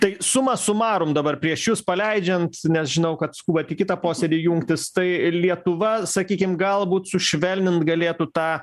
tai sumą sumarum dabar prieš jus paleidžiant nes žinau kad skubat į kitą posėdį jungtis tai lietuva sakykim galbūt sušvelnint galėtų tą